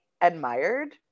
admired